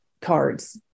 cards